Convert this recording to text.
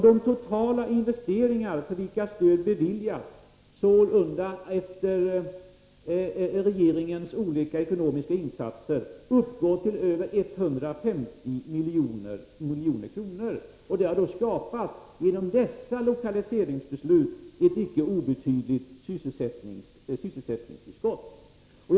De totala investeringar för vilka stöd beviljats — sålunda efter regeringens olika ekonomiska insatser — uppgår till över 150 milj.kr. Genom dessa lokaliseringsbeslut har ett icke obetydligt sysselsättningstillskott skapats.